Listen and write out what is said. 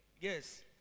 yes